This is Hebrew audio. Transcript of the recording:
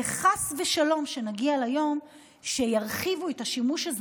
וחס ושלום שנגיע ליום שירחיבו את השימוש הזה